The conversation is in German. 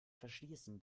verschließen